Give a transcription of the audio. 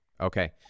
Okay